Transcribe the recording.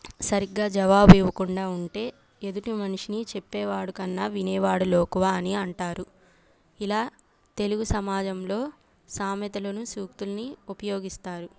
సరిగ్గా జవాబు ఇవ్వకుండా ఉంటే ఎదుటి మనిషిని చెప్పేవాడు కన్నా వినేవాడు లోకువ అని అంటారు ఇలా తెలుగు సమాజంలో సామెతలను సూక్తుల్ని ఉపయోగిస్తారు